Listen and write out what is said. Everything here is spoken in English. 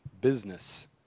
business